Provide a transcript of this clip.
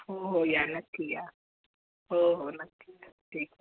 हो हो या नक्की या हो हो नक्की या ठीक आहे